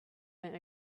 and